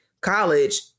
college